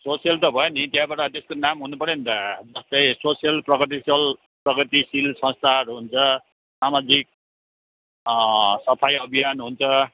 social त भयो नि भयो त्यहाँबाट त्यसको त नाम हुनुपऱ्यो नि त जस्तै सोसल प्रगतिशील प्रगतिशील संस्थाहरू हुन्छ सामाजिक सफाई अभियान हुन्छ